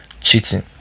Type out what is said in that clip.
Cheating